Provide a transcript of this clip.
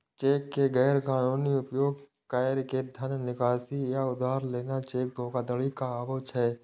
cheque के गैर कानूनी उपयोग कैर के धन निकासी या उधार लेना चेक धोखाधड़ी कहाबै छै